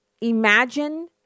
imagine